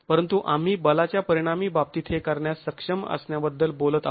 परंतु आम्ही बलाच्या परिणामी बाबतीत हे करण्यास सक्षम असण्याबद्दल बोलत आहोत